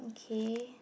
okay